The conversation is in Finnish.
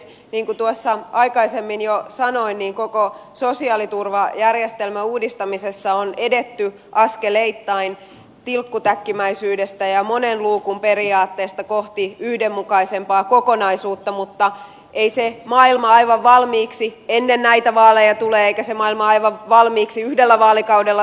niin kuin aikaisemmin jo sanoin koko sosiaaliturvajärjestelmän uudistamisessa on edetty askeleittain tilkkutäkkimäisyydestä ja monen luukun periaatteesta kohti yhdenmukaisempaa kokonaisuutta mutta ei se maailma aivan valmiiksi ennen näitä vaaleja tule eikä se maailma aivan valmiiksi yhdellä vaalikaudella tule